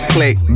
Click